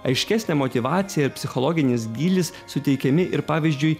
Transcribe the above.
aiškesnė motyvacija ir psichologinis gylis suteikiami ir pavyzdžiui